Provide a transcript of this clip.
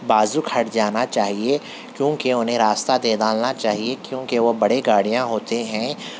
بازو ہٹ جانا چاہیے کیونکہ اُنہیں راستہ دے ڈالنا چاہیے کیونکہ وہ بڑے گاڑیاں ہوتے ہیں